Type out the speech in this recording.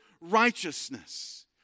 righteousness